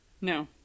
No